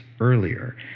earlier